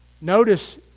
Notice